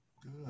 Good